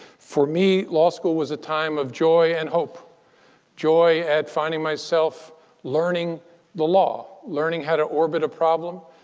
for me, law school was a time of joy and hope joy at finding myself learning the law, learning how to orbit a problem,